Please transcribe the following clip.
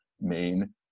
main